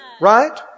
Right